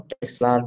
Tesla